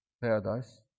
paradise